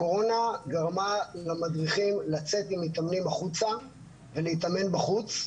הקורונה גרמה למדריכים לצאת עם מתאמנים החוצה ולהתאמן בחוץ,